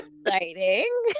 exciting